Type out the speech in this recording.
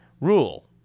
rule